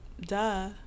duh